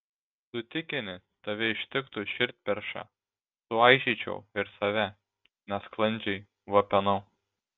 tu tikinti tave ištiktų širdperša suaižyčiau ir save nesklandžiai vapenau